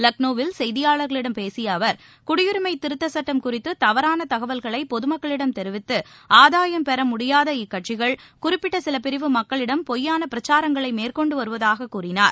லக்னோவில் செய்தியாளர்களிடம் பேசிய அவர் குடியுரிமை திருத்தச் சட்டம் குறித்து தவறான தகவல்களை பொதமக்களிடம் தெரிவித்து ஆதாயம் பெற முடியாத இக்கட்சிகள் குறிப்பிட்ட சில பிரிவு மக்களிடம் பொய்யான பிரச்சாரங்களை மேற்கொண்டு வருவதாக கூறினார்